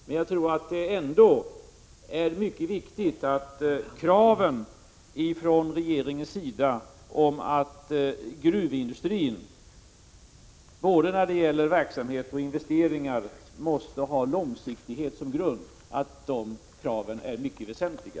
Men jag tror att kraven från regeringens sida om att gruvindustrin — både när det gäller verksamhet och när det gäller investeringar — måste ha långsiktighet som grund är mycket väsentliga.